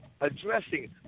addressing